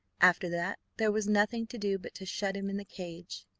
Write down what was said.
after that there was nothing to do but to shut him in the cage.